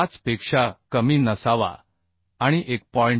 75 पेक्षा कमी नसावा आणि 1